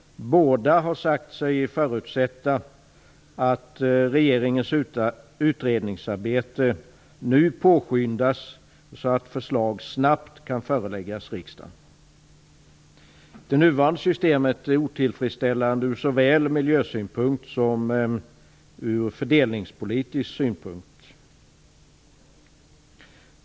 Båda utskotten har sagt sig förutsätta att regeringens utredningsarbete nu påskyndas, så att förslag snabbt kan föreläggas riksdagen. Det nuvarande systemet är otillfredsställande ur såväl miljösynpunkt som fördelningspolitisk synpunkt.